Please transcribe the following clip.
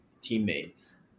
teammates